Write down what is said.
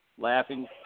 Laughing